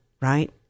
right